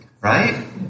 right